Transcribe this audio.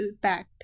packed